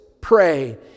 pray